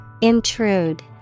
Intrude